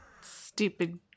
Stupid